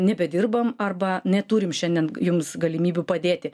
nebedirbam arba neturim šiandien jums galimybių padėti